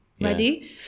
ready